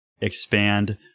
expand